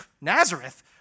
Nazareth